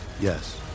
Yes